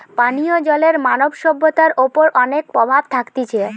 পানীয় জলের মানব সভ্যতার ওপর অনেক প্রভাব থাকতিছে